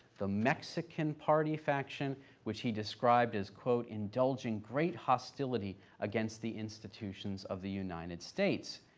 the mexican party faction which he described as, quote, indulging great hostility against the institutions of the united states.